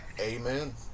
Amen